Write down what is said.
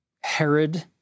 Herod